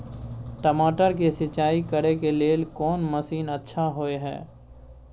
टमाटर के सिंचाई करे के लेल कोन मसीन अच्छा होय है